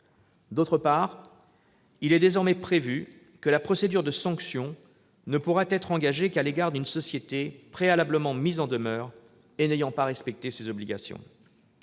D'autre part, il est désormais prévu que la procédure de sanction ne pourra être engagée qu'à l'égard d'une société préalablement mise en demeure et n'ayant pas respecté ses obligations.